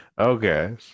Okay